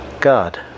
God